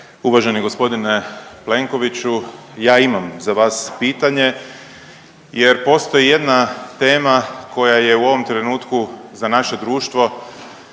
uvaženi gospodine Plenkoviću, ja imam za vas pitanje jer postoji jedna tema koje je u ovom trenutku za naše društvo,